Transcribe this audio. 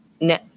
No